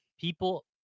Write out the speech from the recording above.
people